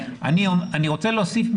אני רוצה להוסיף.